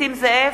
נסים זאב,